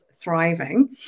thriving